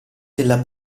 della